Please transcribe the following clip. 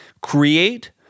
create